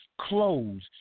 clothes